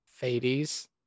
Fades